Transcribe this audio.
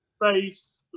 Face